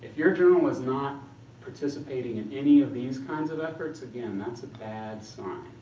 your journal is not participating in any of these kinds of efforts, again, that's a bad sign.